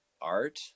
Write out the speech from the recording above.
art